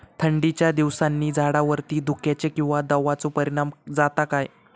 थंडीच्या दिवसानी झाडावरती धुक्याचे किंवा दवाचो परिणाम जाता काय?